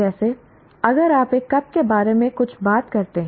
जैसे अगर आप एक कप के बारे में कुछ बात करते हैं